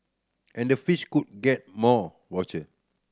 and the fish could get more voucher